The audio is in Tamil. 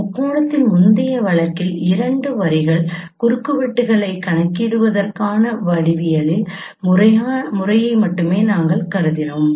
முக்கோணத்தின் முந்தைய வழக்கில் இரண்டு வரிகளின் குறுக்குவெட்டுகளைக் கணக்கிடுவதற்கான வடிவியல் முறையை மட்டுமே நாங்கள் கருதினோம்